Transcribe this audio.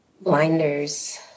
blinders